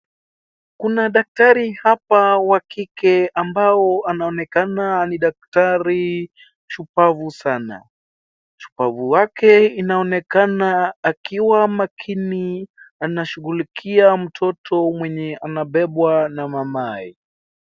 Kuna daktari hapa wa kike ambao anaonekana ni daktari shupavu sana. Ushupavu wake inaonekana akiwa makini anashughulikia mtoto mwenye anabebwa na mamaye.